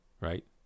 right